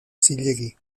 zilegi